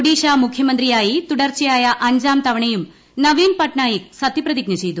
ഒഡീഷ മുഖ്യമന്ത്രിയായി് തുടർച്ചയായ അഞ്ചാം തവണയും നവീൻ പ്പട്നായിക് സത്യപ്രതിജ്ഞ ചെയ്തു